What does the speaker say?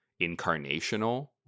incarnational